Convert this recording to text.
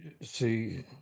see